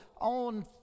on